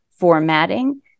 formatting